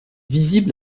visible